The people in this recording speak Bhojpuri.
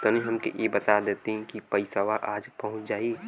तनि हमके इ बता देती की पइसवा आज पहुँच जाई?